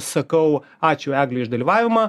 sakau ačiū eglei už dalyvavimą